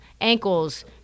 ankles